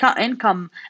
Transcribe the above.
income